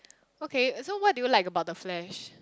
okay so what do you like about the-Flash